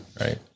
right